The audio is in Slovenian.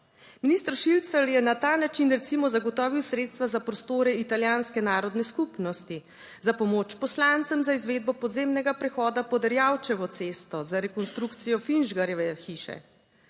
Minister Šircelj je na ta način recimo zagotovil sredstva za prostore italijanske narodne skupnosti za pomoč poslancem za izvedbo podzemnega prehoda pod Erjavčevo cesto, za rekonstrukcijo Finžgarjeve hiše.